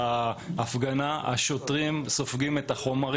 דבר שני, בדקתי את מה שלא היה מושחר.